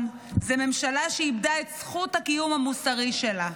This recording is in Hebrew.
זו ממשלה שאיבדה את זכות הקיום המוסרי שלה.